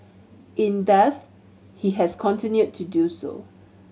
in death he has continued to do so